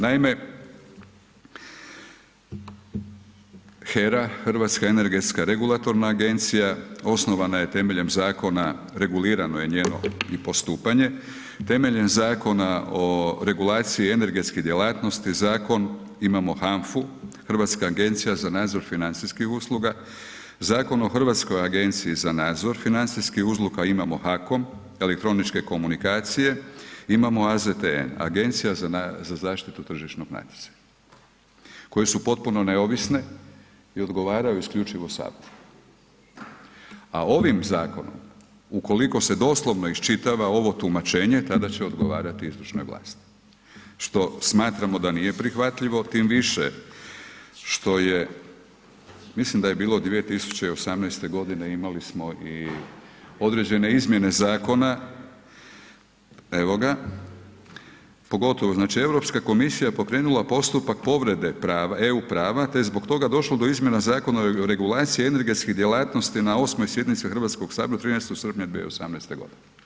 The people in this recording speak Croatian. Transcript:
Naime, HERA, Hrvatska energetska regulatorna agencija, osnovana je temeljem zakona, regulirano je i njeno postupanje, temeljem Zakona o regulaciji i energetskih djelatnosti zakon, imamo HANF-u, Hrvatska agencija za nadzor financijskih usluga, Zakon o Hrvatskoj agenciji za nadzor financijska usluga, imamo HAKOM, elektroničke komunikacije, imamo AZTN, Agencija za zaštitu tržišnog natjecanja koje su potpuno neovisne i odgovaraju isključivo Saboru a ovim zakonom ukoliko se doslovno iščitava, ovo tumačenje, tada će odgovarati izvršnoj vlasti što smatramo da nije prihvatljivo tim više što je, mislim da je bilo 2018. g., imali smo i određene izmjene zakona, evo ga, pogotovo znači Europska komisija je pokrenula postupak povrede EU prava te je zbog toga došlo do izmjena Zakon o regulaciji energetskih djelatnosti na 8. sjednici Hrvatskog sabora 13. srpnja 2018. godine.